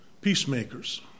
Peacemakers